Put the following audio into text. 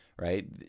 right